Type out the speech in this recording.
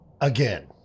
Again